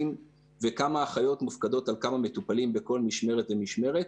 וכמה אחיות מופקדות על כמה מטופלים בכל משמרת ומשמרת.